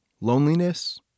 Loneliness